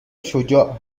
شجاع